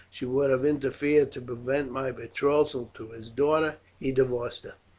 she would have interfered to prevent my betrothal to his daughter, he divorced her.